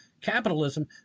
capitalism